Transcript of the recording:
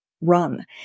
run